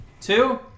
Two